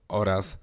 oraz